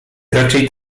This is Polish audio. raczej